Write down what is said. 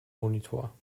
monitor